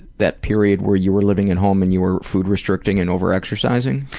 that period where you were living at home and you were food restricting and over-exercising?